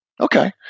Okay